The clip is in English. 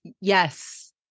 Yes